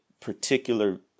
particular